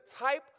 type